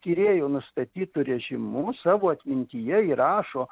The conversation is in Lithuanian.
tyrėjų nustatytu režimu savo atmintyje įrašo